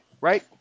right